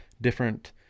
different